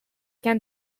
can